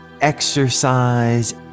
Exercise